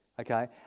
okay